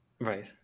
right